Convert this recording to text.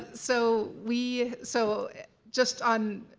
so we so just on,